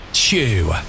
Chew